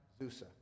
Zusa